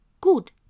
Good